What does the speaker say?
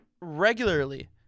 regularly